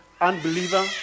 unbeliever